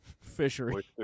fishery